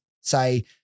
say